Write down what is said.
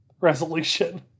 resolution